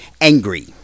angry